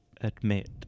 admit